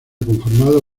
conformado